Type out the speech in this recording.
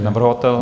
Navrhovatel?